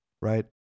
right